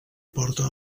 porta